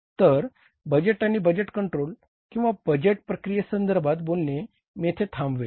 तर बजेट आणि budget control किंवा बजेट प्रक्रियेसंदर्भात बोलणे मी येथे थांबवेल